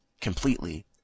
completely